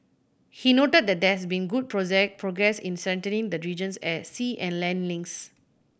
he noted that there has been good progress in strengthening the region's air sea and land links